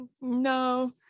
No